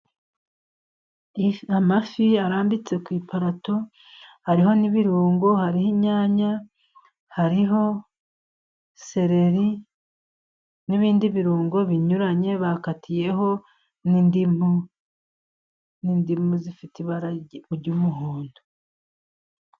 Amafi arambitse ku iparato, hariho n'ibirungo, hariho inyanya hariho, seleri n'ibindi birungo binyuranye, bakatiyeho n'indimu, n'indimu zifite ibara ry'umuhondo..